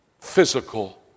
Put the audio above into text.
physical